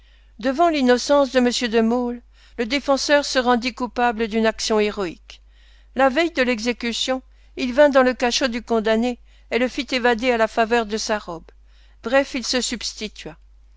devant l'innocence de m de maulle le défenseur se rendit coupable d'une action héroïque la veille de l'exécution il vint dans le cachot du condamné et le fit évader à la faveur de sa robe bref il se substitua